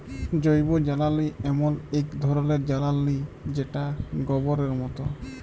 জৈবজ্বালালি এমল এক ধরলের জ্বালালিযেটা গবরের মত